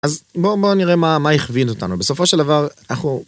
אז בואו נראה מה יכווין אותנו. בסופו של דבר, אנחנו...